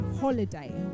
holiday